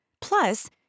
Plus